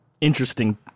Interesting